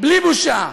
בלי בושה,